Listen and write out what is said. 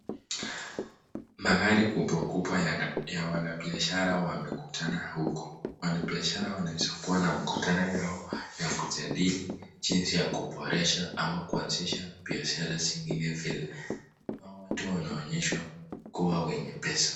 Magari kubwa kubwa ya wanabiashara wamekutana huku. Wanabiashara wanaeza kua na biashara yao ya kujadili jinsi ya kuboresha au kuanzisha biashara zingine vile. Hawa wote wanaonyesha kuwa watu wenye pesa.